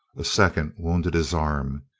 a second wounded his arm.